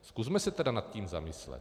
Zkusme se tedy nad tím zamyslet.